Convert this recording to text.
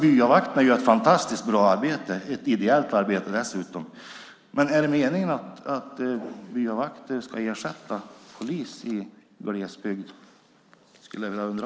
Byavakterna gör ett fantastiskt bra arbete, som dessutom är ideellt, men är det meningen att byavakter ska ersätta polis i glesbygd? Det skulle jag vilja veta.